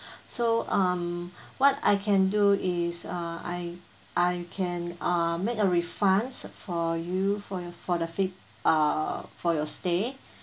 so um what I can do is uh I I can uh make a refunds for you for you for the fifth uh for your stay